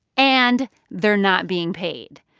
and they're not being paid.